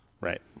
Right